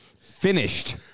Finished